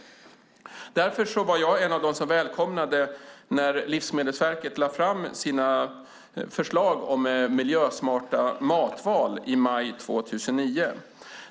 Därför var jag en av dem som välkomnade att Livsmedelsverket lade fram sina förslag om miljösmarta matval i maj 2009.